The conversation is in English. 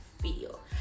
feel